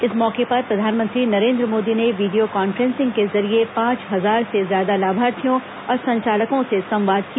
इस मौके पर प्रधानमंत्री नरेन्द्र मोदी ने वीडियो कांफ्रेंस के जरिये पांच हजार से ज्यादा लाभार्थियों और संचालकों से संवाद किया